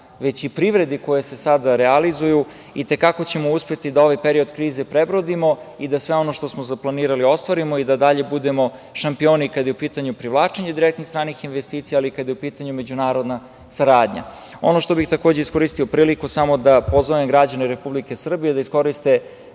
već i privredi koja se sada realizuju, i te kako ćemo uspeti da ovaj period krize prebrodimo i da sve ono što smo planirali ostvarimo i da dalje budemo šampioni kada je u pitanju privlačenje direktnih stranih investicija, ali i kada je u pitanju međunarodna saradnja. Ono što bih takođe iskoristio priliku samo da pozovem građane Republike Srbije da iskoriste